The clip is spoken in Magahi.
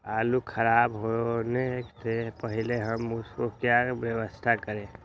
आलू खराब होने से पहले हम उसको क्या व्यवस्था करें?